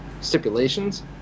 stipulations